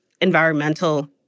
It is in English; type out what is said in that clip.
environmental